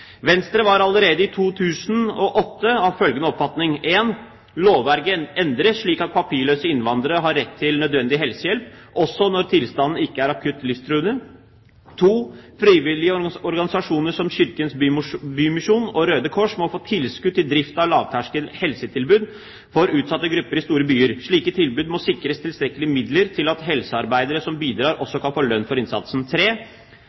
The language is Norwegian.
Venstre var allerede i 2008 av følgende oppfatning: For det første: Lovverket endres slik at papirløse innvandrere har rett til nødvendig helsehjelp også når tilstanden ikke er akutt livstruende. For det andre: Frivillige organisasjoner som Kirkens Bymisjon og Røde Kors må få tilskudd til drift av lavterskel helsetilbud for utsatte grupper i store byer. Slike tilbud må sikres tilstrekkelige midler til at helsearbeidere som bidrar,